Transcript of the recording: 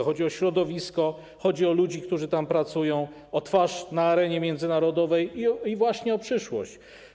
Chodzi o środowisko, chodzi o ludzi, którzy tam pracują, o twarz na arenie międzynarodowej i właśnie o przyszłość.